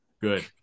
good